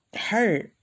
hurt